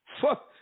Fuck